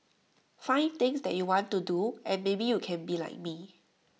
find things that you want to do and maybe you can be like me